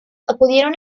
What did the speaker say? acudieron